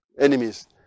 enemies